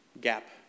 gap